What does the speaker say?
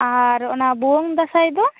ᱟᱨ ᱚᱱᱟ ᱵᱷᱩᱣᱟ ᱝ ᱫᱟᱥᱟᱸᱭ ᱫᱚ